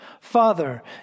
Father